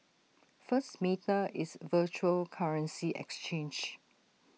first meta is A virtual currency exchange